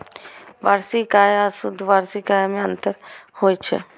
वार्षिक आय आ शुद्ध वार्षिक आय मे अंतर होइ छै